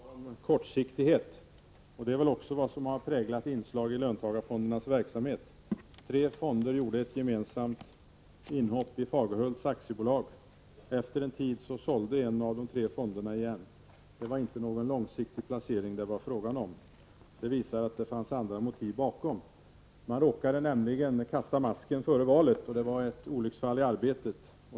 Fru talman! Sivert Andersson talar om kortsiktighet, och det är väl vad som har präglat inslagen i löntagarfondernas verksamhet. Tre fonder gjorde ett gemensamt inhopp i AB Fagerhult, och efter en tid sålde en av de tre fonderna sin andel. Det var alltså inte fråga om någon långsiktig placering. Detta visar att det fanns andra motiv bakom. Man råkade nämligen kasta masken före valet, vilket var ett olycksfall i arbetet.